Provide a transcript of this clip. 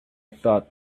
thought